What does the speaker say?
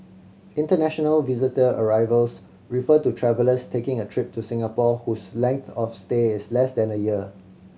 international visitor arrivals refer to travellers taking a trip to Singapore whose length of stay is less than a year